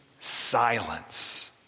silence